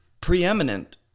Preeminent